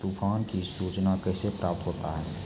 तुफान की सुचना कैसे प्राप्त होता हैं?